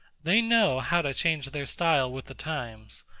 they know how to change their style with the times.